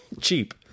cheap